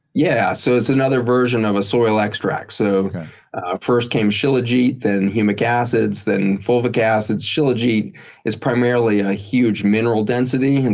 yeah. so it's another version of a soil extract. so first came shilajit, then humic acids, then fulvic acids. shilajit is primarily a huge mineral density. and